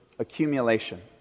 accumulation